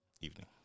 evening